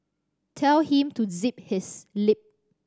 tell him to zip his lip